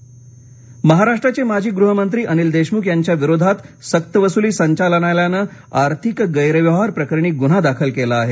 देशमख महाराष्ट्राचे माजी गृहमंत्री अनिल देशमुख यांच्या विरोधात सक्तवसुली संचालनालयानं आर्थिक गैरव्यवहार प्रकरणी गुन्हा दाखल केला आहे